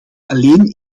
alleen